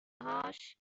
هاش